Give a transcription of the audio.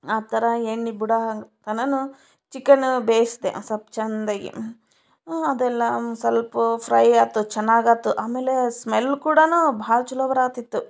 ಆ ಥರ ಎಣ್ಣೆ ಬಿಡೋ ತನನು ಚಿಕನ್ನು ಬೇಯಿಸ್ದೆ ಒಂದ್ಸೊಲ್ಪ್ ಚೆಂದಾಗಿ ಅದೆಲ್ಲ ಒಂದ್ಸೊಲ್ಪ ಫ್ರೈ ಆಯ್ತು ಚೆನ್ನಾಗಾತು ಆಮೇಲೆ ಸ್ಮೆಲ್ ಕೂಡಾ ಭಾಳ ಚಲೋ ಬರಾಕತ್ತಿತ್ತು